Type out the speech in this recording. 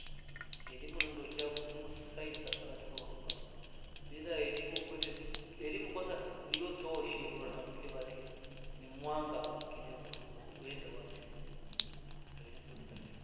Elimu ni ndo cha umuhimu saili kabisa huruka bila elimu kwete nishi, elimu kwanza niyo toshirwa halundili vatia ni mwanga wa akili na jua utu uende wapi wae ntuwekitacho